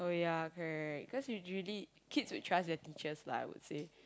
oh yeah correct cause usually kids would trust their teachers lah I would say